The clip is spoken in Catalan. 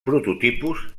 prototipus